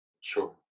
Sure